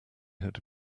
had